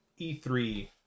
E3